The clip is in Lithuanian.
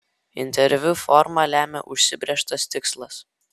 interviu formą lemia užsibrėžtas tikslas